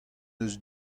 eus